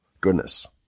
goodness